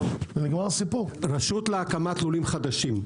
רשות להקמת לולים חדשים.